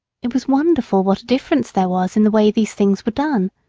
it was wonderful what a difference there was in the way these things were done.